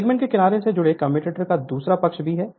segment के किनारे से जुड़े कम्यूटेटर का दूसरा पक्ष b है